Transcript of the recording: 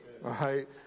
Right